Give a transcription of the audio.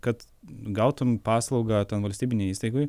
kad gautum paslaugą ten valstybinėj įstaigoj